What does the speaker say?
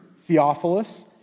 Theophilus